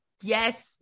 Yes